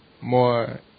more